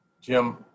Jim